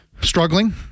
struggling